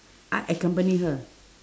I accompany her